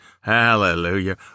Hallelujah